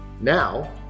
Now